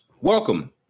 Welcome